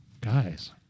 guys